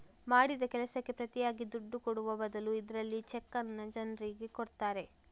ಮಾಡಿದ ಕೆಲಸಕ್ಕೆ ಪ್ರತಿಯಾಗಿ ದುಡ್ಡು ಕೊಡುವ ಬದಲು ಇದ್ರಲ್ಲಿ ಚೆಕ್ಕನ್ನ ಜನ್ರಿಗೆ ಕೊಡ್ತಾರೆ